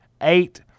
eight